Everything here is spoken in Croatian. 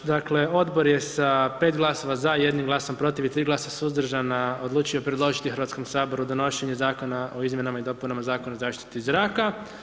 Odbor je sa 5 glasova za, 1 glasom protiv i 3 glasa suzdržana odlučio predložiti Hrvatskom saboru, donošenje zakona o izmjenama i dopunama Zakon o zaštiti zraka.